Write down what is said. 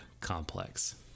complex